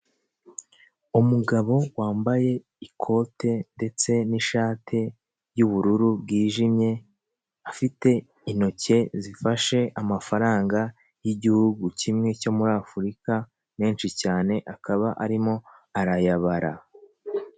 Inyubako ariko igaragara ko iherereye i Kigali mu Rwanda; iragaragara yuko iri kugurishwa aho bavuga ko umuntu afite miliyoni ijana na mirongo ine abasha kuyigura, iri i Kanombe Kigali, ni uburyo rero bumenyerewe bwo kugurisha aho abantu bagaragaza ibiciro by'ibicuruzwa.